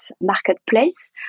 marketplace